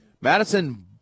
Madison